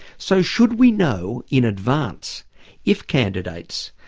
so should we know in advance if candidates,